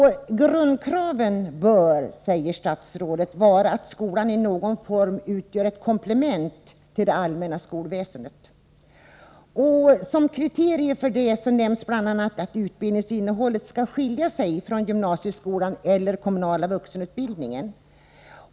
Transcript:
Grundkravet bör, säger statsrådet, vara att skolan i någon form utgör ett komplement till det allmänna skolväsendet. Som kriterier för detta nämns bl.a. att utbildningsinnehållet skall skilja sig från gymnasieskolan eller den kommunala vuxenutbildningen.